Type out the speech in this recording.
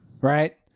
Right